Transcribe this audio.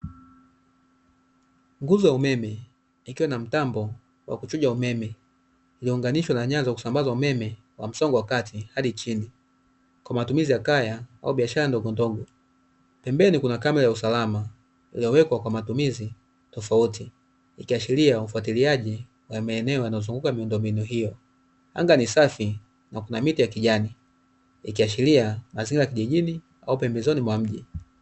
Nguzo ya umeme ikiwa na mtambo wa kuchuja umeme niunganishwe na nyanza kusambazwa umeme wa msongo wa kati hadi chini kwa matumizi ya kaya au biashara ndogo ndogo, pembeni kuna kama ya usalama, iliyowekwa kwa matumizi tofauti, ikiashiria ufuatiliaji maeneo yanayozunguka miundombinu hiyo anga ni safi na kuna miti ya kijani ikiashiria hasira kijijini au pembezoni mwa mji.